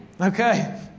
Okay